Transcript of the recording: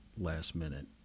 last-minute